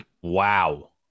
wow